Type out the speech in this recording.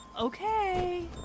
Okay